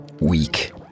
weak